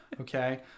okay